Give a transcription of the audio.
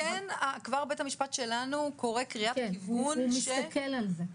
בית המשפט שלנו קורא קריאת כיוון שלעובדים